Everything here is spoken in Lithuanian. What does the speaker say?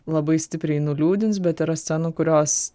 labai stipriai nuliūdins bet yra scenų kurios